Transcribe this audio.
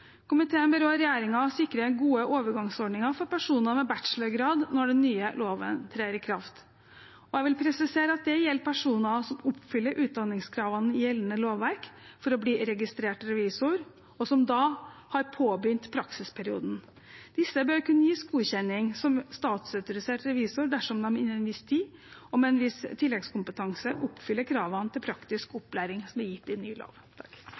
Komiteen ber også regjeringen sikre gode overgangsordninger for personer med bachelorgrad når den nye loven trer i kraft. Jeg vil presisere at det gjelder personer som oppfyller utdanningskravene i gjeldende lovverk for å bli registrert revisor, og som da har påbegynt praksisperioden. Disse bør kunne gis godkjenning som statsautorisert revisor dersom de innen en viss tid og med en viss tilleggskompetanse oppfyller kravene til praktisk opplæring som er gitt i ny lov.